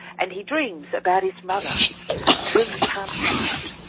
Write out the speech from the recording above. and he dreams about his mother whom he can't find.